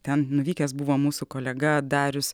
ten nuvykęs buvo mūsų kolega darius